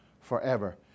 forever